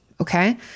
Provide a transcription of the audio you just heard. okay